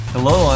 Hello